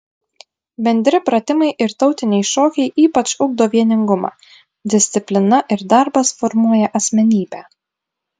bendri pratimai ir tautiniai šokiai ypač ugdo vieningumą disciplina ir darbas formuoja asmenybę